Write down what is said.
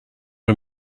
are